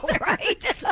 right